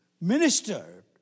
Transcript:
Minister